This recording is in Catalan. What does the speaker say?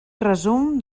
resum